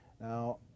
Now